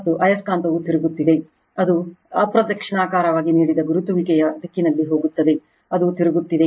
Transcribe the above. ಮತ್ತು ಆಯಸ್ಕಾಂತವು ತಿರುಗುತ್ತಿದೆ ಇದು ಅಪ್ರದಕ್ಷಿಣಾಕಾರವಾಗಿ ನೀಡಿದ ತಿರುಗುವಿಕೆಯ ದಿಕ್ಕಿನಲ್ಲಿ ಹೋಗುತ್ತದೆ ಅದು ತಿರುಗುತ್ತಿದೆ